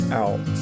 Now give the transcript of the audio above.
out